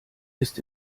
ist